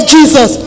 Jesus